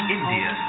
India